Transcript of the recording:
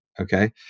Okay